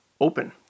open